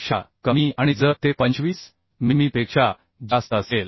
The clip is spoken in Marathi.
7 पटीने छिद्र व्यासापेक्षा जास्त असावा